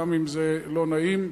גם אם זה לא נעים,